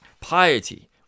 Piety